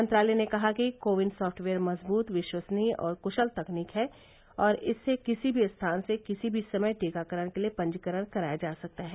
मंत्रालय ने कहा कि कोविन सॉफ्टवेयर मजबूत विश्वसनीय और कुशल तकनीक है और इससे किसी भी स्थान से किसी भी समय टीकाकरण के लिए पंजीकरण कराया जा सकता है